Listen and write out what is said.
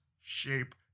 shape